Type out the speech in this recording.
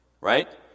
right